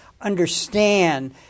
understand